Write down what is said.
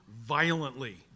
violently